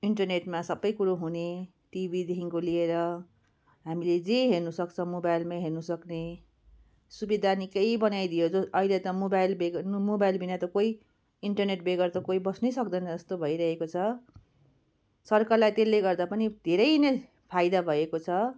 इन्टरनेटमा सबै कुरो हुने टिभीदेखिको लिएर हामीले जे हेर्नु सक्छ मोबाइलमै हेर्नु सक्ने सुविधा निकै बनाइदियो जो अहिले त मोबाइल बेग मोबाइलबिना त कोही इन्टरनेट बेगर त कोही बस्नै सक्दैन जस्तो भइरहेको छ सरकरलाई त्यसले गर्दा पनि धेरै नै फाइदा भएको छ